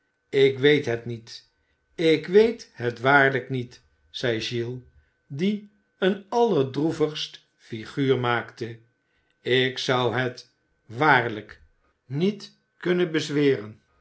ik weet het niet ik weet het waarlijk niet zeide giles die een allerdroevigst figuur maakte ik zou het waarlijk niet kunnen bezweren